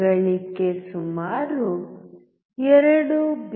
ಗಳಿಕೆ ಸುಮಾರು 2